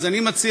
אז אני מציע,